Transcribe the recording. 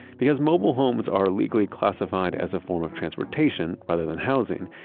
because mobile homes are legally classified as a form of transportation, rather than housing,